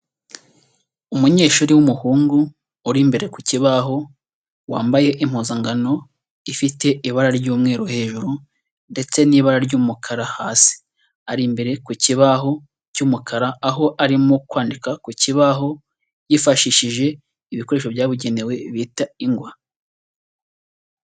Umunyeshuri w'umuhungu uri imbere ku kibaho, wambaye impuzankano ifite ibara ry'umweru hejuru ndetse n'ibara ry'umukara hasi, ari imbere ku kibaho cy'umukara aho arimo kwandika ku kibaho, yifashishije ibikoresho byabugenewe bita ingwa.